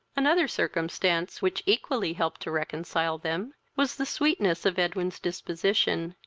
another circumstance, which equally helped to reconcile them, was the sweetness of edwin's disposition,